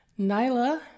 Nyla